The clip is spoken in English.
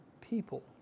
people